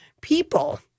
people